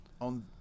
on